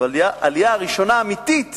אבל העלייה הראשונה האמיתית